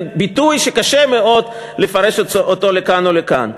ביטוי שקשה מאוד לפרש אותו לכאן או לכאן.